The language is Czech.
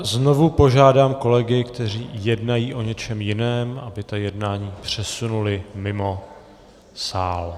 Znovu požádám kolegy, kteří jednají o něčem jiném, aby ta jednání přesunuli mimo sál.